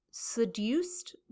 seduced